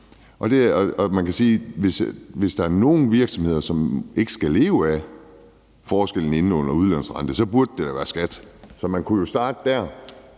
Man kan sige, at hvis der er nogen virksomhed, som ikke skal leve af forskellen på indlåns- og udlånsrente, burde det da være skattevæsenet. Så man kunne jo starte der